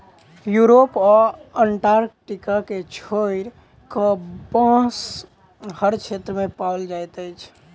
Europe आ Antarctica के छोइड़ कअ, बांस हर क्षेत्र में पाओल जाइत अछि